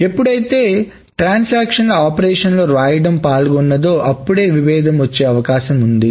ఎప్పుడైతే ట్రాన్సాక్షన్ల ఆపరేషన్ లో వ్రాయడం పాల్గొన్నదో అప్పుడు విభేదం వచ్చే అవకాశం ఉంది